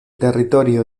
territorio